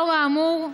לאור האמור,